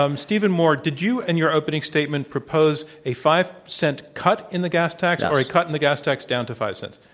um stephen moore, did you, in and your opening statement, propose a five cent cut in the gas tax or a cut in the gas tax down to five cents?